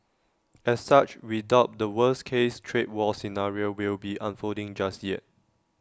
as such we doubt the worst case trade war scenario will be unfolding just yet